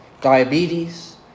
diabetes